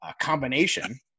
combination